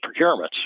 procurements